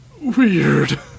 weird